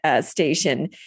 station